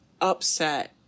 upset